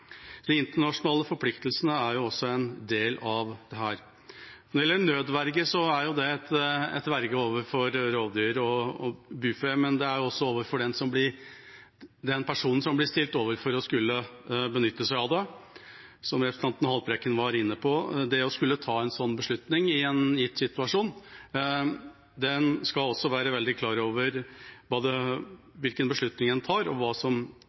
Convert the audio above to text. De internasjonale forpliktelsene er også en del av dette. Nødverge er et verge overfor rovdyr og bufe, men det er også et nødverge for den personen som blir stilt overfor det å skulle benytte seg av det, som representanten Haltbrekken var inne på, det å skulle ta en sånn beslutning i en gitt situasjon. En skal også være veldig klar over hvilken beslutning en tar, og hva som